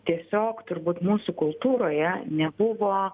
tiesiog turbūt mūsų kultūroje nebuvo